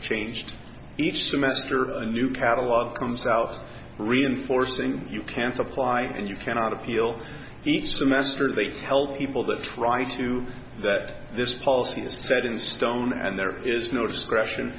changed each semester a new catalogue comes out reinforcing you can't apply and you cannot appeal each semester they tell people that try to that this policy is set in stone and there is no discretion